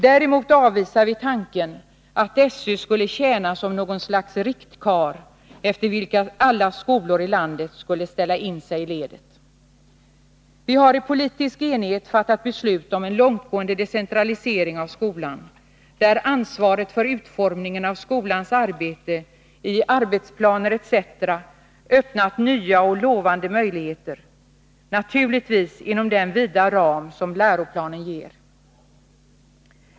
Däremot avvisar vi tanken att SÖ skulle tjäna som något slags riktkarl, efter vilken alla skolor i landet skulle ställa in sig i ledet. Vi hari politisk enighet fattat beslut om en långtgående decentralisering av skolan, där ansvaret för utformningen av skolans arbete i arbetsplaner etc. öppnat nya och lovande möjligheter, naturligtvis inom den vida ram som läroplanen ger.